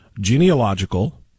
genealogical